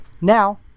Now